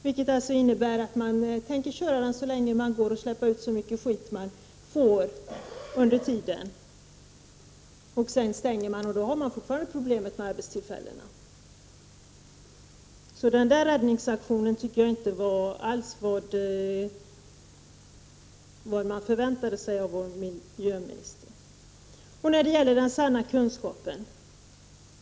Det innebär alltså att man tänker köra så länge det går och släppa ut så mycket skit man får under tiden. Sedan stänger man, och då har man fortfarande kvar problemet med arbetstillfällena. Den räddningsaktionen var inte alls vad man förväntade sig av vår miljöminister. Sedan till frågan om den sanna kunskapen.